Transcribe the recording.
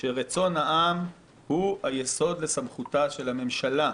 שרצון העם הוא היסוד לסמכותה של הממשלה.